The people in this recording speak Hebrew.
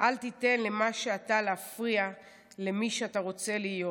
אל תיתן למה שאתה להפריע למי שאתה רוצה להיות,